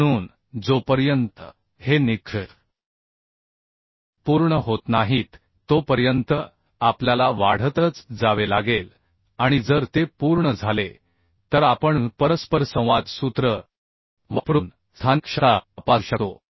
म्हणून जोपर्यंत हे निकष पूर्ण होत नाहीत तोपर्यंत आपल्याला वाढतच जावे लागेल आणि जर ते पूर्ण झाले तर आपण परस्परसंवाद सूत्र वापरून स्थानिक क्षमता तपासू शकतो